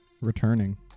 Returning